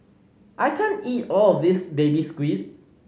I can't eat all of this Baby Squid